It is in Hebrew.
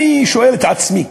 אני שואל את עצמי,